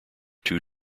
two